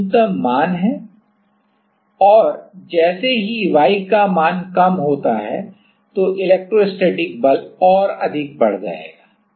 तो यह न्यूनतम मान है और जैसे ही y का मान कम होता है तो इलेक्ट्रोस्टैटिक बल और अधिक बढ़ जाएगा